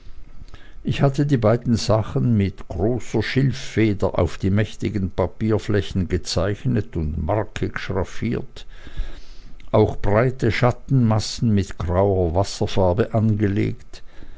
ich hatte die beiden sachen mit großer schilffeder auf die mächtigen papierflächen gezeichnet und markig schraffiert auch breite schattenmassen mit grauer wasserfarbe angelegt